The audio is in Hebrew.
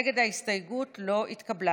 ההסתייגות לא התקבלה.